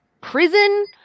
prison